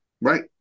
right